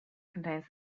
contains